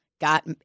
got